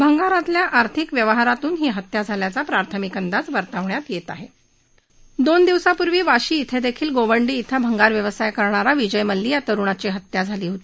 भंगारातील आर्थिक व्यवहारातून ही हत्या झाल्याचा प्राथमिक अंदाज वर्तवण्यात येत आहे दोन दिवसांपूर्वी वाशी येथे देखील गोवंडी क्रिं भंगार व्यवसाय करणारा विजय मल्ली या तरुणाची हत्या झाली होती